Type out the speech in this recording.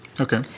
Okay